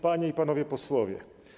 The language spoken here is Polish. Panie i Panowie Posłowie!